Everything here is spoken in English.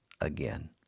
again